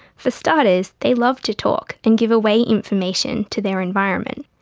for starters, they love to talk and give away information to their environment.